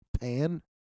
Pan